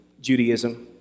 Judaism